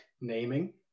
naming